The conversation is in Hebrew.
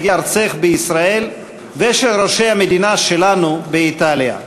ארצך בישראל ושל ראשי המדינה שלנו באיטליה.